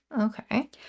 Okay